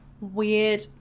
weird